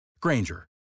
granger